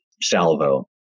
salvo